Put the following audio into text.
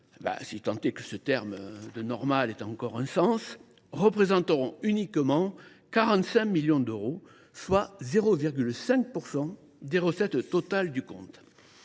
si tant est que ce terme ait encore un sens, ne représenteront que 45 millions d’euros, soit 0,5 % des recettes totales du compte.